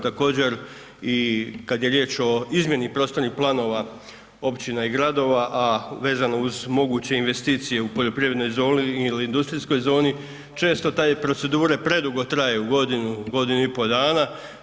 Također kada je riječ o izmjeni prostornih planova općina i gradova, a vezano uz moguće investicije u poljoprivrednoj zoni ili industrijskoj zoni, često te procedure predugo traju godinu, godinu i pol dana.